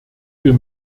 wir